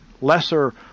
lesser